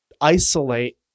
isolate